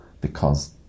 Because-